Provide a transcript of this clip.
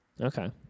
Okay